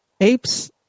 Apes